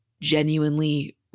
genuinely